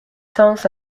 sons